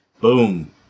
boom